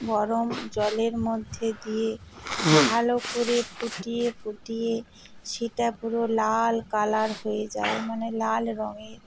গরম জলের মধ্যে দিয়ে ভালো করে ফুটিয়ে ফুটিয়ে সেটা পুরো লাল কালার হয়ে যায় মানে লাল রঙের